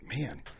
Man